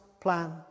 plan